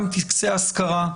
וגם טקסי אזכרה,